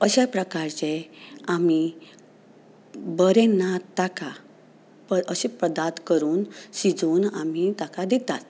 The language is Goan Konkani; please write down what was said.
अशें प्रकाराचें आमी बरें ना ताका अशें पदार्थ करून शिंजोवन आमी ताका दितात